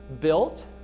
built